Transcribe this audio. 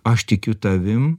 aš tikiu tavim